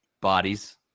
Bodies